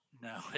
No